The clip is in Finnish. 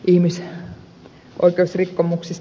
ihmis oikeusrikkomukset